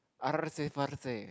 artsy fartsy